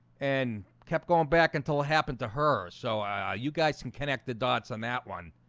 and kept going back until it happened to her so i you guys can connect the dots on that one,